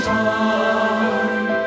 time